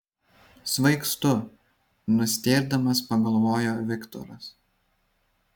svaigstu nustėrdamas pagalvojo viktoras